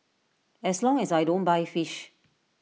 as long as I don't buy fish